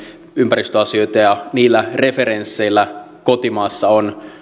ympäristöasioita niillä referensseillä kotimaassa on